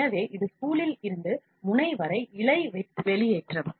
எனவே இது ஸ்பூலில் இருந்து முனை வரை இழை வெளியேற்றம்